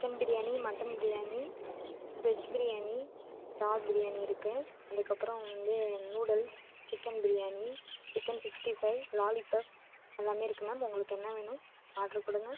chicken biryani mutton biryani veg biryani இறால் பிரியாணி இருக்குது அதுக்கப்புறம் வந்து noodles chicken biryani chicken sixty five lollipop எல்லாமே இருக்குது மேம் உங்களுக்கு என்ன வேணும் ஆட்ரு கொடுங்க